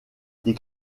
des